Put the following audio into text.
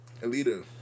Alita